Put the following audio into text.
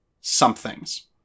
somethings